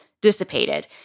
dissipated